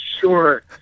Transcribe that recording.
sure